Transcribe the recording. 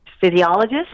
physiologist